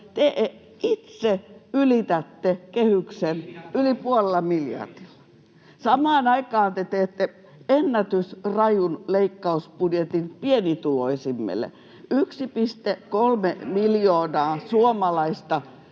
Ei pidä paikkaansa!] yli puolella miljardilla. Samaan aikaan te teette ennätysrajun leikkausbudjetin pienituloisimmille. [Ben Zyskowiczin